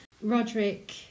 Roderick